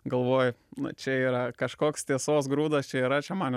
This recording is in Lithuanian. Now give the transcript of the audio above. galvoju na čia yra kažkoks tiesos grūdas čia yra čia man jau